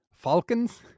Falcons